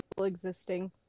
existing